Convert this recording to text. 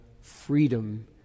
freedom